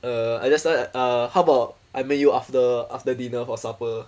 err I just tell her uh how about I meet you after after dinner for supper